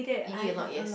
you eat a lot yes